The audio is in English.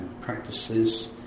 practices